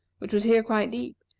which was here quite deep,